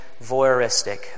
voyeuristic